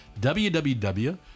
Www